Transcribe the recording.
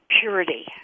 purity